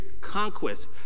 conquest